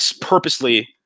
purposely